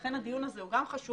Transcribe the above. לכן הדיון הזה הוא גם חשוב,